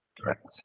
Correct